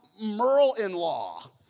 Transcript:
Merle-in-law